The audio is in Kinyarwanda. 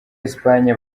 espagne